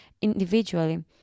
individually